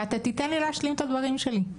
אבל אתה תיתן לי להשלים את הדברים שלי.